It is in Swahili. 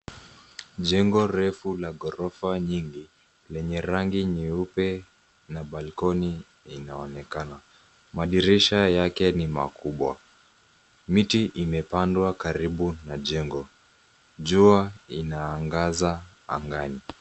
Jengo refu la ghorofa nyingi lenye rangi nyeupe na balcony inaonekana. Madirisha yake ni makubwa. Miti imepandwa karibu na jengo. Jua inaangaza angani.